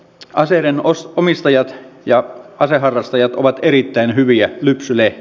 aseiden omistajat ja aseharrastajat ovat erittäin hyviä lypsettäviä